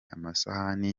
amasahani